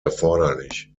erforderlich